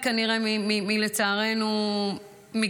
לצערנו,